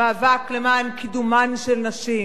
המאבק למען קידומן של נשים,